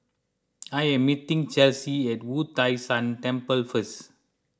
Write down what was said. I am meeting Chelsea at Wu Tai Shan Temple first